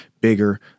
bigger